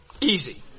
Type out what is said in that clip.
Easy